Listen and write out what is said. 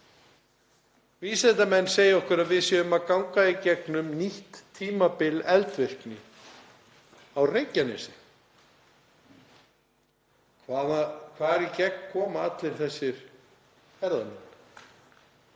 Vísindamenn segja okkur að við séum að ganga í gegnum nýtt tímabil eldvirkni á Reykjanesi en þar í gegn koma allir þessir ferðamenn.